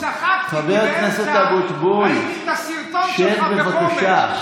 חבר הכנסת אבוטבול, שב, בבקשה.